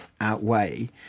outweigh